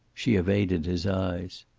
she evaded his eyes.